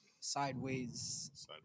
Sideways